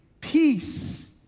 peace